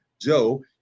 Joe